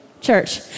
church